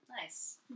Nice